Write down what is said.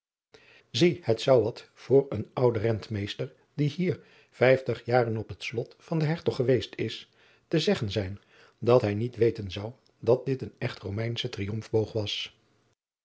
ie het zou wat voor een ouden entmeester die hier vijftig jaren op het lot van den ertog geweest is te zeggen zijn dat hij niet weten zou dat dit een echte omeinsche riomfboog was